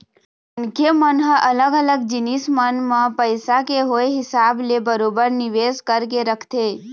मनखे मन ह अलग अलग जिनिस मन म पइसा के होय हिसाब ले बरोबर निवेश करके रखथे